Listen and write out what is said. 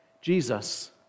Jesus